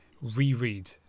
reread